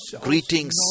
greetings